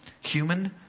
human